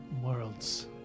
worlds